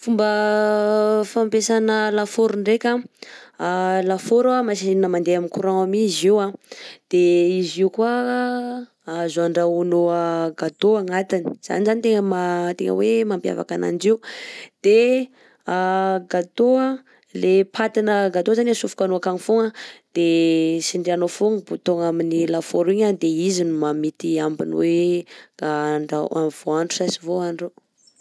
Fomba fampesana lafaoro ndreka a, lafaoro machine mandeha amin'ny courant mi izy io ,de izy io koà azo andrahonao gâteau agnatiny zany zany tegna ma tegna hoe mampiavaka ananjy io, de gâteau le patina gâteau zany atsofokanao akagny fogna de tsindrianao fogna bouton amin'ny lafaoro igny a de izy mamita i ambiny hoe vaohandro sa tsy vaohandro.